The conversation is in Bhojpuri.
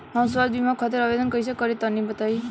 हम स्वास्थ्य बीमा खातिर आवेदन कइसे करि तनि बताई?